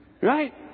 right